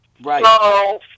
Right